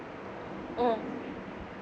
mm